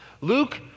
Luke